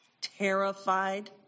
terrified